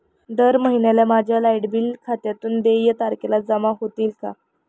दर महिन्याला माझ्या लाइट बिल खात्यातून देय तारखेला जमा होतील का?